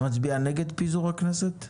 אתה מצביע נגד פיזור הכנסת?